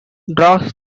draws